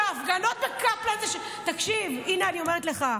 שההפגנות בקפלן, תקשיב, הינה, אני אומרת לך.